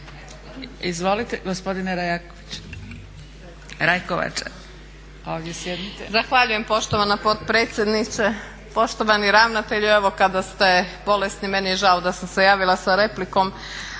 replika. **Murganić, Nada (HDZ)** Zahvaljujem poštovana potpredsjednice. Poštovani ravnatelju, evo kada ste bolesni meni je žao da sam se javila sa replikom